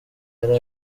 yari